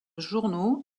journaux